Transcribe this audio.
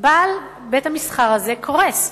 בעל בית-המסחר הזה קורס.